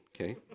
Okay